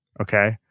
Okay